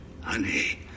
honey